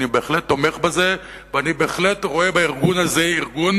אני בהחלט תומך בזה ורואה בארגון הזה ארגון